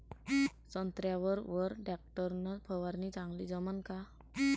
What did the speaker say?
संत्र्यावर वर टॅक्टर न फवारनी चांगली जमन का?